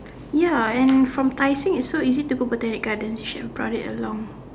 ya and from Tai Seng it's so easy to go Botanic gardens should have brought it along